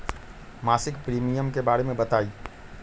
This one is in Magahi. मासिक प्रीमियम के बारे मे बताई?